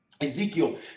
Ezekiel